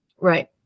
right